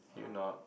can you not